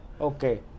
Okay